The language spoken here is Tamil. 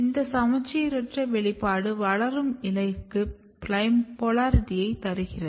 இந்த சமச்சீரற்ற வெளிப்பாடு வளரும் இலைக்கு போலாரிட்டியை தருகிறது